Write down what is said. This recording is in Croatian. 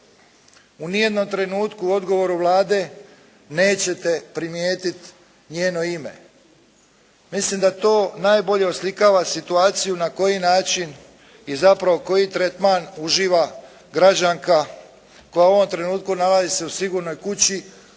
U nijednom trenutku u odgovoru Vlade nećete primijetiti njeno ime. Mislim da to najbolje oslikava situaciju na koji način i zapravo koji tretman uživa građanka koja u ovom trenutku nalazi se u sigurnoj kući,